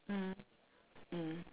mm mm